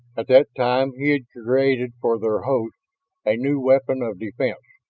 at that time he had created for their hosts a new weapon of defense,